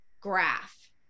graph